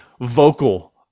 vocal